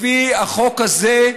לפי החוק הזה,